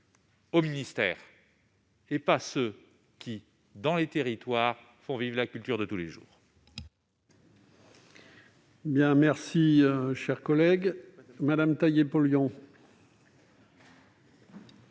au ministère, et n'aillent pas à ceux qui, dans les territoires, font vivre la culture de tous les jours